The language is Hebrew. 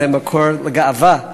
זה מקור לגאווה,